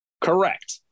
correct